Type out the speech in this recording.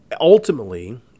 Ultimately